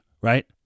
Right